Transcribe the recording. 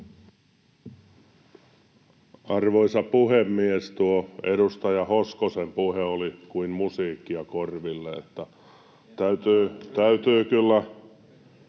Arvoisa puhemies! Tuo edustaja Hoskosen puhe oli kuin musiikkia korville, [Hannu Hoskosen